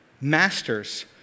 Masters